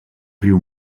riu